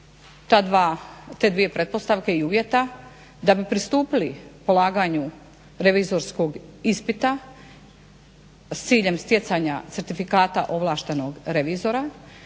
te dvije pretpostavke i uvjeta da bi pristupili polaganju revizorskog ispita s ciljem stjecanja certifikata ovlaštenog revizora